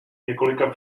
několika